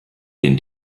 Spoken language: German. den